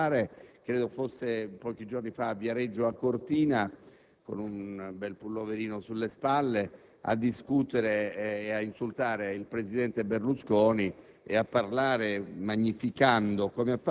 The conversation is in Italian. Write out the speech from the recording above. di questa importanza. Ma Padoa-Schioppa ha altro da fare; credo fosse pochi giorni fa a Viareggio o a Cortina d'Ampezzo, con un bel pulloverino sulle spalle a discutere e ad insultare il presidente Berlusconi,